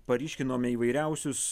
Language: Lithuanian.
paryškinome įvairiausius